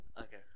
Okay